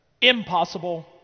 Impossible